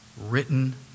Written